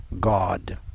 God